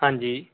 ਹਾਂਜੀ